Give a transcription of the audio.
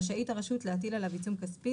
רשאית הרשות להטיל עליו עיצום כספי,